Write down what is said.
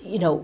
you know